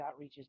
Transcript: outreaches